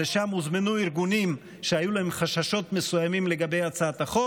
ולשם הוזמנו ארגונים שהיו להם חששות מסוימים לגבי הצעת החוק,